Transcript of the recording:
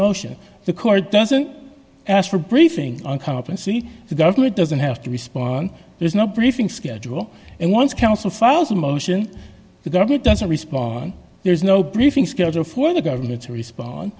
motion the court doesn't ask for briefing and come up and see the government doesn't have to respond there's no briefing schedule and once counsel files a motion the government doesn't respond there's no briefing schedule for the government's respon